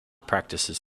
practices